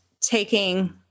taking